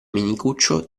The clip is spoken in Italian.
menicuccio